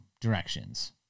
directions